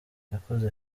yakoze